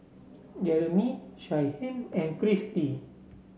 Jeremy Shyheim and Christy